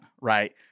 right